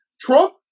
Trump